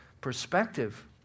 perspective